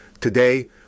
Today